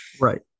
right